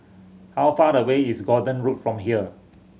how far away is Gordon Road from here